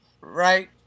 right